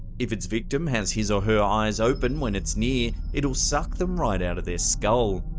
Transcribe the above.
if it's victim has his or her eyes open when it's near, it'll suck them right out of their skull.